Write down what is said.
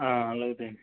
ꯑꯥ ꯂꯧꯗꯣꯏꯅꯦ